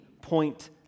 point